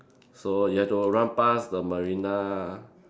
so you had to run pass the Marina